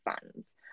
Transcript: funds